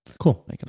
cool